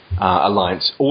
Alliance